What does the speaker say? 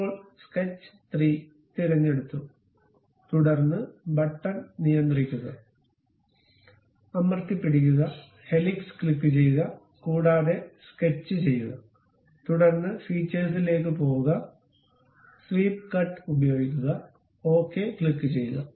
ഇപ്പോൾ സ്കെച്ച് 3 തിരഞ്ഞെടുത്തു തുടർന്ന് ബട്ടൺ നിയന്ത്രിക്കുക അമർത്തിപ്പിടിക്കുക ഹെലിക്സ് ക്ലിക്കുചെയ്യുക കൂടാതെ സ്കെച്ച് ചെയ്യുക തുടർന്ന് ഫീച്ചേഴ്സിലേക്ക് പോകുക സ്വീപ്പ് കട്ട് ഉപയോഗിക്കുക ഓക്കേ ക്ലിക്കുചെയ്യുക